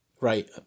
Right